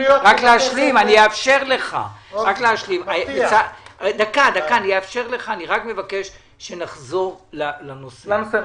אני אאפשר לך, אני רק מבקש לחזור לנושא.